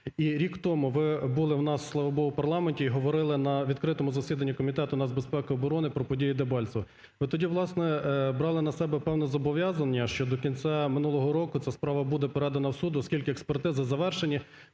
рік тому, ви були у нас, Слава Богу, в парламенті і говорили на відкритому засіданні Комітету нацбезпеки і оборони про події в Дебальцевому. Ви тоді, власне, брали на себе певне зобов'язання, що до кінця минулого року ця справа буде передана в суд, оскільки експертизи завершені,